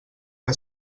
que